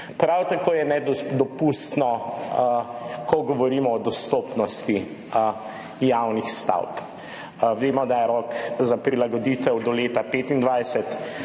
Prav tako je nedopustno, ko govorimo o dostopnosti javnih stavb. Vemo, da je rok za prilagoditev do leta 2025,